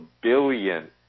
billion